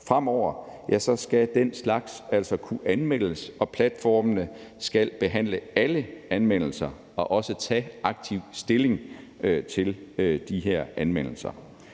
Fremover skal den slags altså kunne anmeldes, og platformene skal behandle alle anmeldelser og også tage aktivt stilling til de her anmeldelser.